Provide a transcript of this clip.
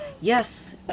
Yes